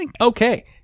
Okay